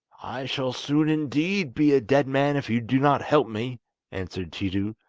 i shall soon indeed be a dead man if you do not help me answered tiidu,